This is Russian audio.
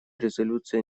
резолюция